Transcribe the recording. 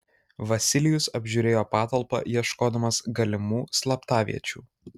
vasilijus apžiūrėjo patalpą ieškodamas galimų slaptaviečių